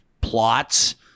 plots